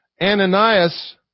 Ananias